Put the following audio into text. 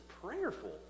prayerful